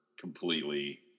completely